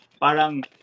parang